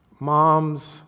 Moms